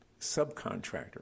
subcontractor